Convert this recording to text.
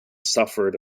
suffered